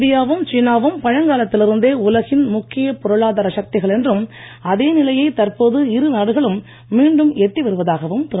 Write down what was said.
India வும் சீனா வும் பழங்காலத்தில் இருந்தே உலகின் முக்கியப் பொருளாதார சக்திகள் என்றும் அதே நிலையைத் தற்போது இரு நாடுகளும் மீண்டும் எட்டி வருவதாகவும் திரு